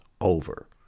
over